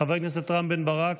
חבר הכנסת רם בן ברק,